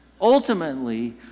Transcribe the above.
ultimately